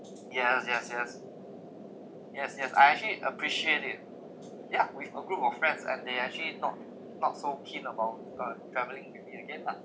yes yes yes yes yes I actually appreciate it yeah with a group of friends and they actually not not so keen about uh travelling with me again lah